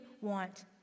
want